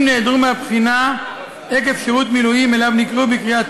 אם נעדרו מהבחינה עקב שירות מילואים שאליו נקראו בקריאת